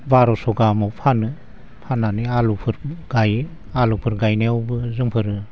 बार'स' गाहामाव फानो फाननानै आलुफोर गायो आलुफोर गायनायावबो जोंफोरो